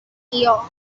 year